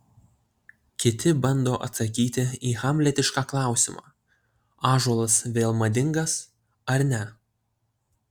kiti bando atsakyti į hamletišką klausimą ąžuolas vėl madingas ar ne